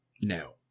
No